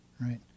right